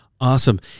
Awesome